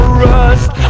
rust